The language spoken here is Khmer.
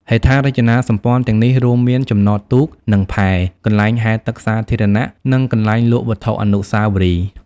ហេដ្ឋារចនាសម្ព័ន្ធទាំងនេះរួមមាន ចំណតទូក និងផែ កន្លែងហែលទឹកសាធារណៈ និងកន្លែងលក់វត្ថុអនុស្សាវរីយ៍។